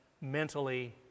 mentally